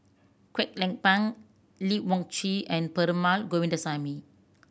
Kwek Leng Beng Lee Wung Yew and Perumal Govindaswamy